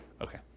Okay